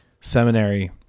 seminary